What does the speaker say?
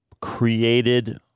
created